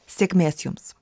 sėkmės jums